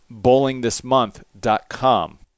BowlingThisMonth.com